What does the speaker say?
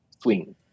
swing